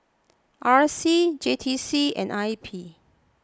R C J T C and I P